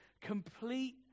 complete